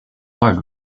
hard